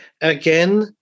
Again